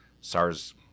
SARS